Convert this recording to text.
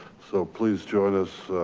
so please join us